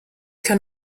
kann